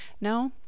no